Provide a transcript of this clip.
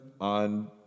on